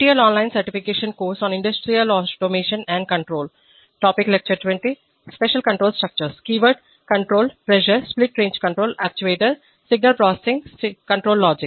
keyword control pressure split range control actuator signal processing control logic